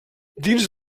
dins